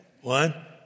one